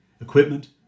equipment